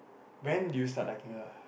when do you start liking her